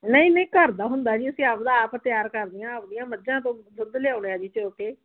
ਨਹੀਂ ਨਹੀਂ ਘਰ ਦਾ ਹੁੰਦਾ ਜੀ ਅਸੀਂ ਆਪਣਾ ਆਪ ਤਿਆਰ ਕਰਦੇ ਹਾਂ ਆਪਣੀਆਂ ਮੱਝਾਂ ਦੁੱਧ ਦੁੱਧ ਲਿਆਉਂਦੇ ਹਾਂ ਜੀ ਚੋਅ ਕੇ